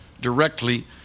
directly